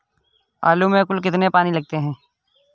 आलू में कुल कितने पानी लगते हैं?